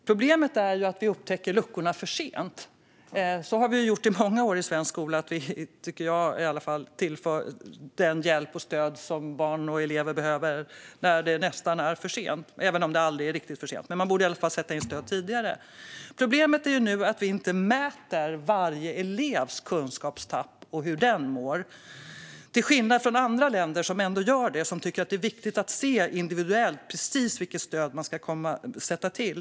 Fru talman! Problemet är ju att vi upptäcker luckorna för sent. I många år har vi i svensk skola, tycker i alla fall jag, tillfört den hjälp och det stöd som barn och elever behöver när det nästan är för sent, även om det aldrig riktigt är för sent. Man borde i alla fall sätta in stöd tidigare. Problemet nu är att vi inte mäter varje elevs kunskapstapp och hur eleven mår, till skillnad från andra länder som gör det och som tycker att det är viktigt att se individuellt precis vilket stöd man ska sätta in.